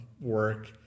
work